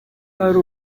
hari